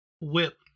whip